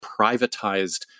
privatized